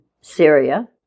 Syria